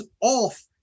off